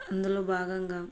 అందులో భాగంగా